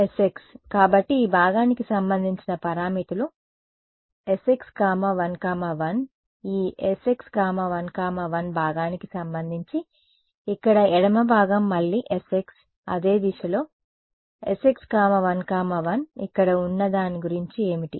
sx కాబట్టి ఈ భాగానికి సంబంధించిన పారామితులు sx 1 1 ఈ sx1 1 భాగానికి సంబంధించి ఇక్కడ ఎడమ భాగం మళ్లీ sx అదే దిశలో sx 1 1 ఇక్కడ ఉన్న దాని గురించి ఏమిటి